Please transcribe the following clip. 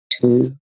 two